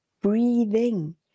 breathing